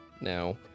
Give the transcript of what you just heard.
Now